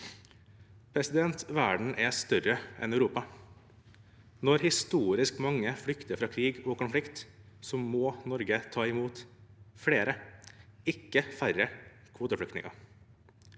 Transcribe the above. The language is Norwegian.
flyktninger. Verden er større enn Europa. Når historisk mange flykter fra krig og konflikt, må Norge ta imot flere, ikke færre, kvoteflyktninger.